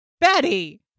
Betty